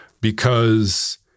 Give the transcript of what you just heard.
because-